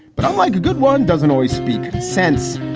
but unlike a good one, doesn't always speak sense.